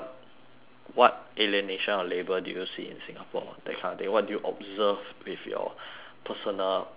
what alienation of labour do you see in singapore that kind of thing what do you observe with your personal perspective